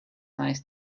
nice